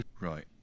right